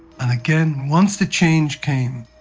and again, once the change came,